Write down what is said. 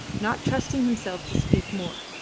not trusting himself to speak more,